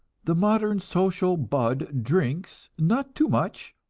the modern social bud drinks, not too much,